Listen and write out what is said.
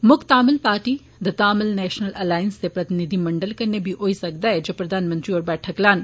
मुक्ख Tamil party ''the Tamil national alliance'' दे प्रतिनिधिमंडल कन्नै बी होई सकदा ऐ जे प्रधानमंत्री होर बैठक लान